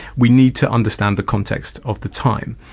we need to understand the context of the time.